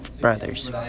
Brothers